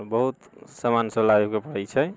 आओर बहुत सामान सभ लाबैके पड़ैत छै